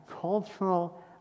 cultural